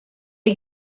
are